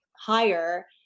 higher